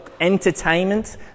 entertainment